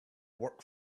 work